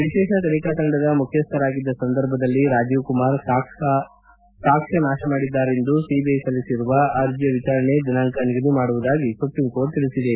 ವಿಶೇಷ ತನಿಖಾ ತಂಡದ ಮುಖ್ಯಸ್ಥರಾಗಿದ್ದ ಸಂದರ್ಭದಲ್ಲಿ ರಾಜೀವ್ ಕುಮಾರ್ ಸಾಕ್ಷ್ಯ ನಾಶ ಮಾಡಿದ್ದಾರೆಂದು ಸಿಬಿಐ ಸಲ್ಲಿಸಿರುವ ಅರ್ಜಿಯ ವಿಚಾರಣೆಯ ದಿನಾಂಕ ನಿಗದಿ ಮಾಡುವುದಾಗಿ ಸುಪ್ರೀಂ ಕೋರ್ಟ್ ತಿಳಿಸಿದೆ